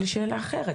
יש לי שאלה אחרת,